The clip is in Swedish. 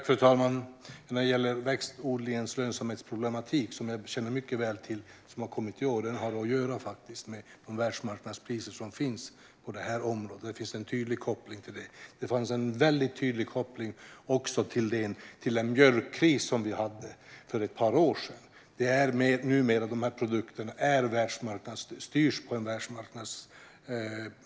Fru talman! När det gäller växtodlingens lönsamhetsproblematik, som jag känner mycket väl till och som har kommit i år, har den att göra med världsmarknadspriserna på detta område. Det finns en tydlig koppling till det. Det fanns en väldigt tydlig koppling till detta också i den mjölkkris vi hade för ett par år sedan. Dessa produktpriser styrs numera på en världsmarknad.